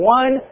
one